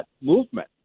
movement